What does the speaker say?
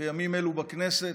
בימים אלו בכנסת,